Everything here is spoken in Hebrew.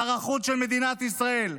שר החוץ של מדינת ישראל,